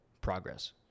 progress